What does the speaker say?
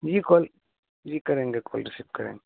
جی call جی کریں گے کال ریسیو کریں گے